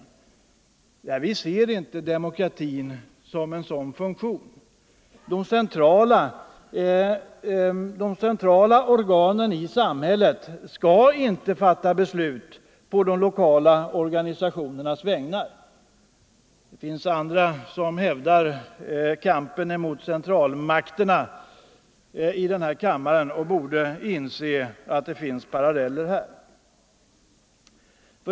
Vi ser inte demokratin som en sådan funktion. De centrala organen i samhället skall inte fatta beslut på de lokala organisationernas vägnar. Det finns andra som talar för kampen mot centralmakterna i den här kammaren och borde inse att det finns paralleller här.